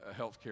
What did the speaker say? healthcare